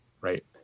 right